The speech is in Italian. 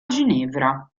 ginevra